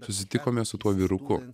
susitikome su tuo vyruku